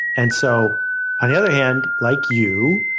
and so on the other hand, like you,